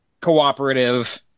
cooperative